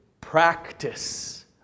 practice